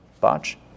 Botch